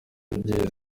byiza